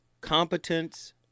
competence